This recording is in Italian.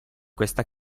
questa